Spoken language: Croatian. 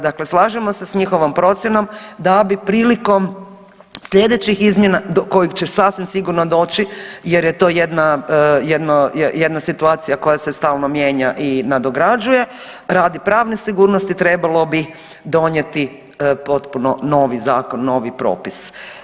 Dakle, slažemo se sa njihovom procjenom da bi prilikom sljedećih izmjena do kojih će sasvim sigurno doći jer je to jedna situacija koja se stalno mijenja i nadograđuje radi pravne sigurnosti trebalo bi donijeti potpuno novi zakon, novi propis.